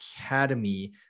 Academy